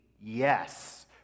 yes